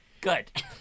good